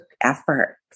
effort